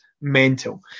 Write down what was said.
mental